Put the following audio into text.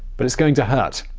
but it's going to hurt!